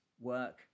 Work